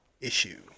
issue